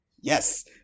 Yes